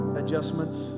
adjustments